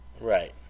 right